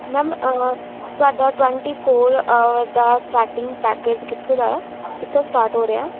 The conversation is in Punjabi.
ਮੈਮ ਤੁਹਾਡਾ ਟਵੰਟੀ ਫੋਰ ਆਵਰ ਦਾ ਸਟਾਰਟਿੰਗ ਪੈਕੇਜ ਕਿੱਥੋਂ ਦਾ ਕਿੱਥੋਂ ਸਟਾਰਟ ਹੋ ਰਿਹਾ